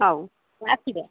ହଉ ଆସିବେ